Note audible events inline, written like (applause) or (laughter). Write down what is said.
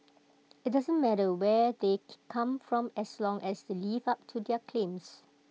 IT doesn't matter where they (unintelligible) come from as long as they live up to their claims